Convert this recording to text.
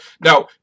Now